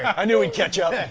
i knew we'd catch up. yeah